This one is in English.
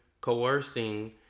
coercing